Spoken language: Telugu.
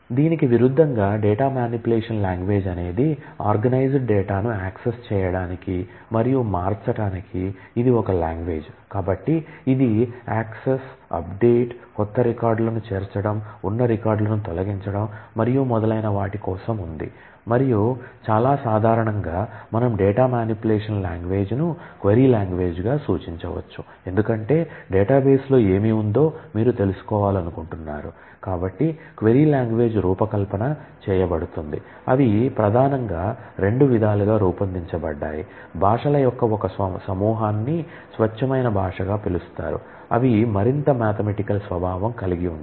దీనికి విరుద్ధంగా డేటా మానిప్యులేషన్ లాంగ్వేజ్ అనేది ఆర్గనైజ్డ్ స్వభావం కలిగి ఉంటాయి